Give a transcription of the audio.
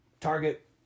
Target